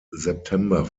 september